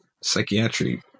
psychiatry